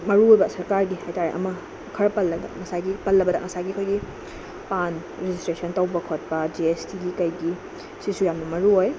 ꯃꯔꯨ ꯑꯣꯏꯕ ꯁꯔꯀꯥꯔꯒꯤ ꯍꯥꯏꯇꯥꯔꯦ ꯑꯃ ꯈꯔ ꯄꯜꯂꯕ ꯉꯁꯥꯏꯒꯤ ꯄꯜꯂꯕꯗ ꯉꯁꯥꯏꯒꯤ ꯑꯩꯈꯣꯏꯒꯤ ꯄꯥꯟ ꯔꯦꯖꯤꯁꯇ꯭ꯔꯦꯁꯟ ꯇꯧꯕ ꯈꯣꯠꯄ ꯖꯤ ꯑꯦꯁ ꯇꯤꯒꯤ ꯀꯩꯒꯤ ꯁꯤꯁꯨ ꯌꯥꯝꯅ ꯃꯔꯨ ꯑꯣꯏ